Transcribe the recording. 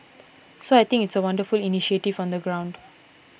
so I think it's a wonderful initiative on the ground